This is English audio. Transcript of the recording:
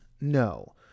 No